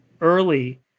early